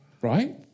Right